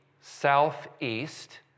southeast